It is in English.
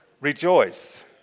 rejoice